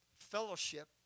fellowship